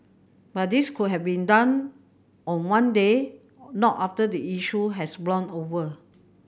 but this could have been done on one day not after the issue has blown over